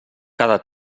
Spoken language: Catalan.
cada